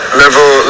level